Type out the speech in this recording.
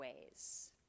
ways